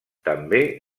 també